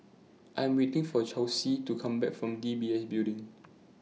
I Am waiting For Chelsi to Come Back from D B S Building